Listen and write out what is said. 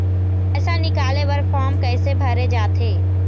पैसा निकाले बर फार्म कैसे भरे जाथे?